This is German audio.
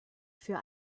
für